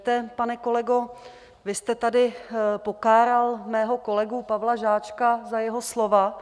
Víte, pane kolego, vy jste tady pokáral mého kolegu Pavla Žáčka za jeho slova.